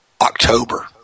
October